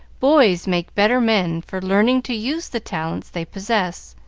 boys make better men for learning to use the talents they possess,